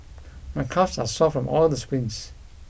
my calves are sore from all the sprints